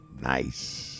Nice